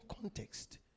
context